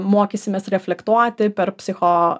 mokysimės reflektuoti per psicho